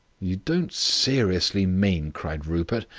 you don't seriously mean, cried rupert,